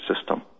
system